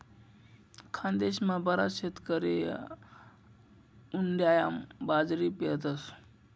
खानदेशमा बराच शेतकरी उंडायामा बाजरी पेरतस